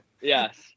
Yes